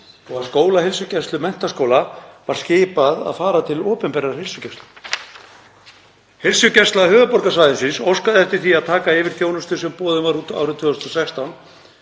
og skólaheilsugæslu menntaskóla var skipað að fara til opinberrar heilsugæslu. Heilsugæsla höfuðborgarsvæðisins óskaði eftir því að taka yfir þjónustu sem boðin var út árið 2016